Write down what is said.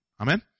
Amen